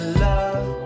love